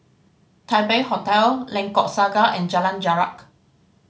Taipei Hotel Lengkok Saga and Jalan Jarak